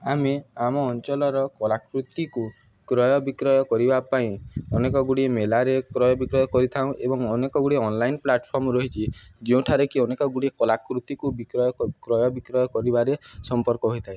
ଆମେ ଆମ ଅଞ୍ଚଲର କଲାକୃତିକୁ କ୍ରୟ ବିକ୍ରୟ କରିବା ପାଇଁ ଅନେକ ଗୁଡ଼ିଏ ମେଲାରେ କ୍ରୟ ବିକ୍ରୟ କରିଥାଉ ଏବଂ ଅନେକ ଗୁଡ଼ିଏ ଅନଲାଇନ୍ ପ୍ଲାଟଫର୍ମ ରହିଛି ଯେଉଁଠାରେ କି ଅନେକ ଗୁଡ଼ିଏ କଲାକୃତିକୁ ବିକ୍ରୟ କ୍ରୟ ବିକ୍ରୟ କରିବାରେ ସମ୍ପର୍କ ହୋଇଥାଏ